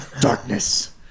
darkness